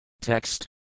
TEXT